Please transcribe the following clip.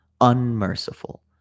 unmerciful